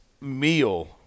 meal